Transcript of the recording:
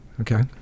Okay